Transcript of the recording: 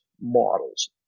models